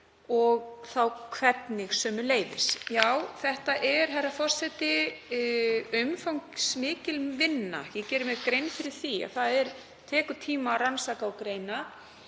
og þá hverjum og sömuleiðis hvernig. Þetta er, herra forseti, umfangsmikil vinna. Ég geri mér grein fyrir því að það tekur tíma að rannsaka og greina.